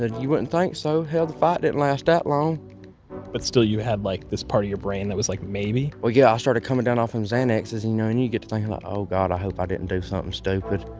you wouldn't think so. hell, the fight didn't last that long but still, you had, like, this part of your brain that was like, maybe well, yeah. i started coming down off them xanaxes, you know, and you you get to thinking like, oh god, i hope i didn't do something so um stupid.